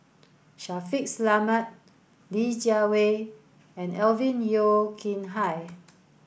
Shaffiq Selamat Li Jiawei and Alvin Yeo Khirn Hai